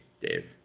Dave